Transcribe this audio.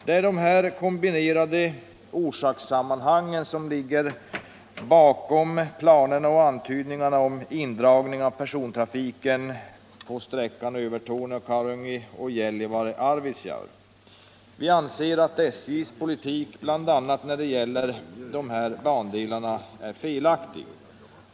Det är de här kombinerade orsakssammanhangen som ligger bakom planerna och antydningarna om indragning av persontrafiken på sträckorna Övertorneå-Karungi och Gällivare-Arvidsjaur. Vi anser SJ:s politik bl.a. när det gäller dessa bandelar vara felaktig.